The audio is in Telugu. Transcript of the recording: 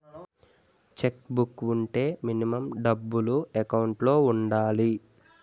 చెక్ బుక్ వుంటే మినిమం డబ్బులు ఎకౌంట్ లో ఉండాలి?